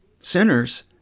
sinners